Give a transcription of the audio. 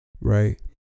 right